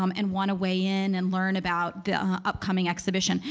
um and wanna weigh in and learn about the upcoming exhibition.